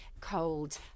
cold